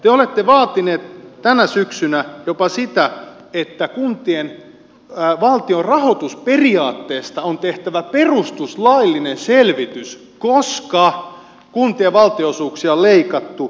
te olette vaatineet tänä syksynä jopa sitä että kuntien valtionrahoitusperiaatteesta on tehtävä perustuslaillinen selvitys koska kuntien valtionosuuksia on leikattu liikaa